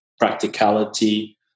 practicality